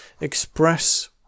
express